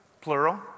plural